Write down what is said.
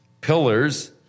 pillars